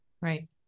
right